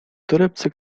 torebce